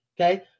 okay